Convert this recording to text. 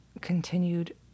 continued